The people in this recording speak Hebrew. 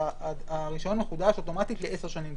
שהרישיון מחודש אוטומטית ל-10 שנים.